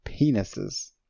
penises